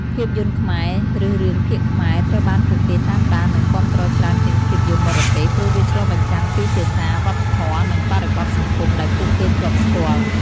ភាពយន្តខ្មែរ ឬរឿងភាគខ្មែរត្រូវបានពួកគេតាមដាន និងគាំទ្រច្រើនជាងភាពយន្តបរទេស ព្រោះវាឆ្លុះបញ្ចាំងពីភាសា វប្បធម៌ និងបរិបទសង្គមដែលពួកគេធ្លាប់ស្គាល់។